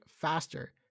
faster